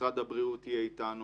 משרד הבריאות יהיה איתנו.